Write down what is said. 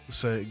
say